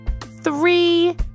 Three